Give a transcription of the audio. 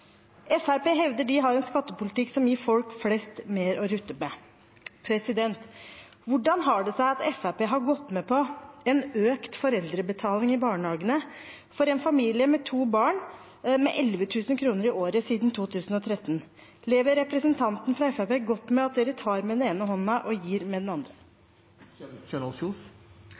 hevder de har en skattepolitikk som gir folk flest mer å rutte med. Hvordan har det seg at Fremskrittspartiet har gått med på en økt foreldrebetaling i barnehagene, med 11 000 kr i året siden 2013 for en familie med to barn? Lever representanten fra Fremskrittspartiet godt med å ta med den ene hånden og gi med den andre?